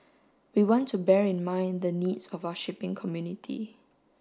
we want to bear in mind the needs of our shipping community